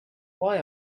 why